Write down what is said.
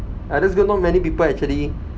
ah that's good not many people actually